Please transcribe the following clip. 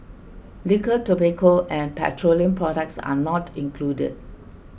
liquor tobacco and petroleum products are not included